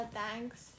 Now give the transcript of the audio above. thanks